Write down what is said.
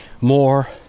more